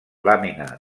làmina